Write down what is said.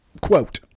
Quote